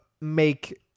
make